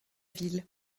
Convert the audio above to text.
ville